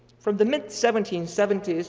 from the mid seventeen seventy s,